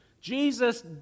Jesus